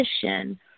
position